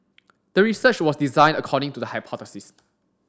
the research was designed according to the hypothesis